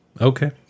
Okay